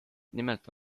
nimelt